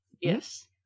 yes